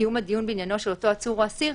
קיום הדיון בעניינו של אותו עצור או אסיר,